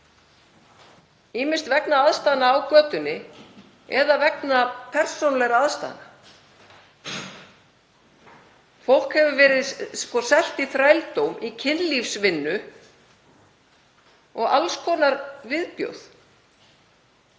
ýmist vegna aðstæðna á götunni eða vegna persónulegra aðstæðna. Fólk hefur verið selt í þrældóm, í kynlífsvinnu og alls konar viðbjóð